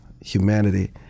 humanity